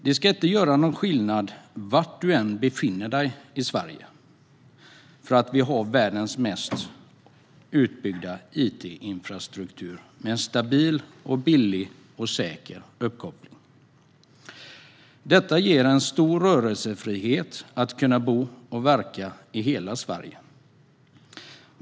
Det ska inte göra någon skillnad var du befinner dig i Sverige eftersom vi har världens mest utbyggda it-infrastruktur med en stabil, billig och säker uppkoppling. Detta ger en stor rörelsefrihet att bo och verka i hela Sverige.